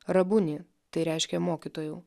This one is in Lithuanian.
rabuni tai reiškia mokytojau